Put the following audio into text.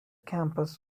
campus